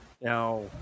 now